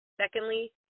Secondly